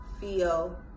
feel